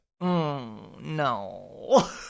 No